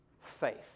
faith